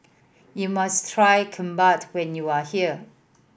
you must try Kimbap when you are here